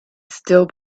still